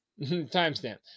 timestamp